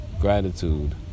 Gratitude